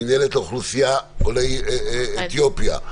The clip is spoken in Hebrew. מינהלת לאוכלוסיית עולי אתיופיה.